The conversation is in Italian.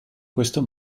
questo